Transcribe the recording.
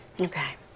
Okay